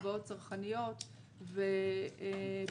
הלוואות צרכניות ופקדונות,